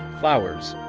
flowers,